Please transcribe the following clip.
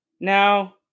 Now